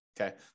Okay